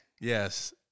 Yes